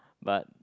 but